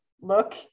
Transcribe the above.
look